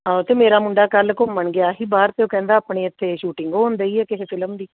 ਹਾਂ ਤੇ ਮੇਰਾ ਮੁੰਡਾ ਕੱਲ੍ਹ ਘੁੰਮਣ ਗਿਆ ਸੀ ਬਾਹਰ ਅਤੇ ਉਹ ਕਹਿੰਦਾ ਆਪਣੇ ਇੱਥੇ ਸ਼ੂਟਿੰਗ ਹੋ ਰਹੀ ਹੈ ਕਿਸੇ ਫਿਲਮ ਦੀ